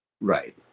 Right